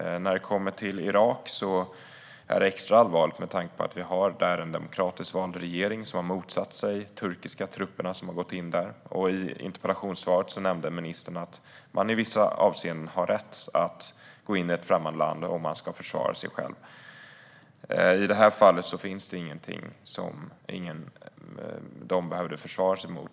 När det gäller Irak är det extra allvarligt med tanke på att det där finns en demokratiskt vald regering som har motsatt sig de turkiska trupper som har gått in där. I interpellationssvaret nämnde ministern att man i vissa avseenden har rätt att gå in i ett främmande land om man ska försvara sig själv. I det här fallet finns det ingenting som de behöver försvara sig mot.